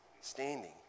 standing